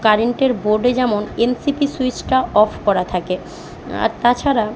কারেন্টের বোর্ডে যেমন এনসিপি সুইচটা অফ করা থাকে আর তাছাড়া